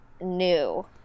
new